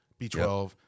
B12